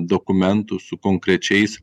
dokumentų su konkrečiais